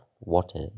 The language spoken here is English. Water